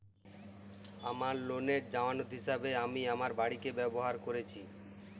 আমার লোনের জামানত হিসেবে আমি আমার বাড়িকে ব্যবহার করেছি